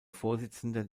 vorsitzender